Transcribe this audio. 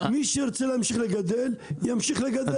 מי שירצה להמשיך לגדל ימשיך לגדל.